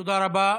תודה רבה.